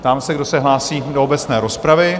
Ptám se, kdo se hlásí do obecné rozpravy?